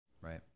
Right